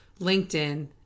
LinkedIn